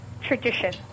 tradition